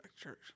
church